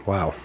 Wow